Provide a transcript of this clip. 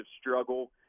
struggle